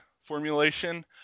formulation